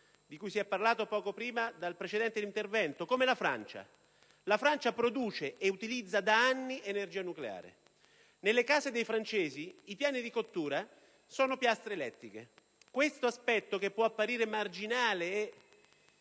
di cui si è parlato poco prima, come la Francia. La Francia produce e utilizza da anni energia nucleare. Nelle case dei francesi i piani di cottura sono piastre elettriche; questo aspetto, che può apparire marginale,